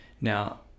Now